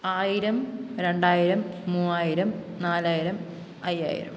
ആയിരം രണ്ടായിരം മൂവായിരം നാലായിരം അയ്യായിരം